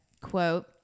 quote